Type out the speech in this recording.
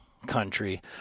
Country